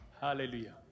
Hallelujah